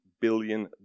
billion